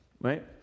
right